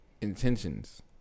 intentions